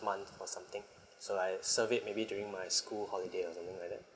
month for something so I serve it maybe during my school holiday or something like that